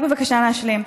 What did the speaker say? רק בבקשה להשלים.